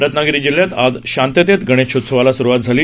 रत्नागिरी जिल्ह्यात आज शांततेत गणेशोत्सवाला स्रवात झाली